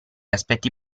aspetti